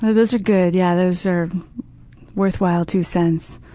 ah those are good, yeah those are worthwhile two cents.